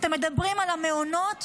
אתם מדברים על המעונות,